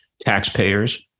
Taxpayers